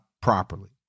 properly